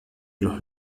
los